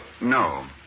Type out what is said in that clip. No